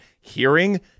hearing